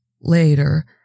Later